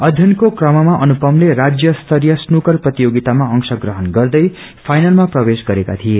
अध्ययनको क्रममा अनुपमते राज्य स्तरीय स्नूकर प्रतियोगिमामा अंश प्रहण गर्दै फाइनलमा प्रवेश गरेका थिए